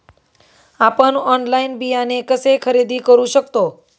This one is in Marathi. आपण ऑनलाइन बियाणे कसे खरेदी करू शकतो?